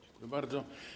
Dziękuję bardzo.